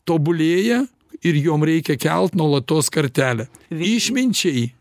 tobulėja ir jom reikia kelt nuolatos kartelę išminčiai